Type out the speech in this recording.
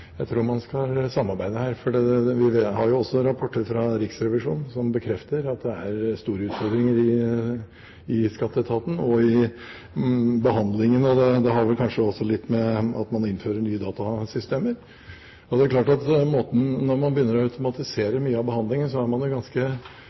jeg var et konstruktivt svar. Jeg tror man skal samarbeide her, for vi har jo også rapporter fra Riksrevisjonen som bekrefter at det er store utfordringer i Skatteetaten og i behandlingen. Det har vel kanskje også litt å gjøre med at man innfører nye datasystemer. Det er klart at når man begynner å